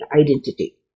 identity